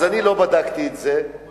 אז אני לא בדקתי את זה שם.